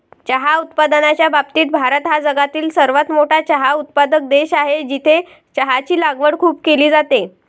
चहा उत्पादनाच्या बाबतीत भारत हा जगातील सर्वात मोठा चहा उत्पादक देश आहे, जिथे चहाची लागवड खूप केली जाते